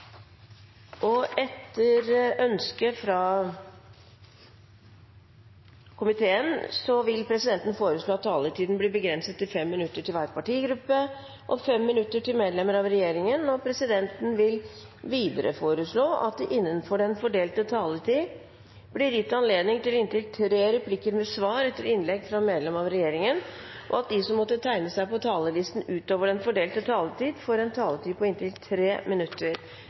og 11 behandles under ett. – Det anses vedtatt. Etter ønske fra justiskomiteen vil presidenten foreslå at taletiden blir begrenset til 5 minutter til hver partigruppe og 5 minutter til medlemmer av regjeringen. Videre vil presidenten foreslå at det – innenfor den fordelte taletiden – blir gitt anledning til inntil fem replikker med svar etter innlegg fra medlemmer av regjeringen, og at de som måtte tegne seg på talerlisten utover den fordelte taletid, får en taletid på inntil 3 minutter.